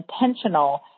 intentional